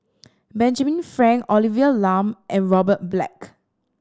Benjamin Frank Olivia Lum and Robert Black